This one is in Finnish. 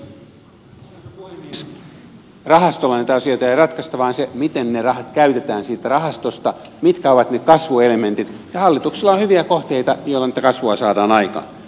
rahastolla näitä asioita ei ratkaista vaan sillä miten ne rahat käytetään siitä rahastosta mitkä ovat ne kasvuelementit ja hallituksella on hyviä kohteita joilla sitä kasvua saadaan aikaan